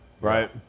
right